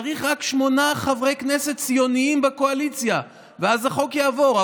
צריך רק שמונה חברי כנסת ציונים בקואליציה ואז החוק יעבור,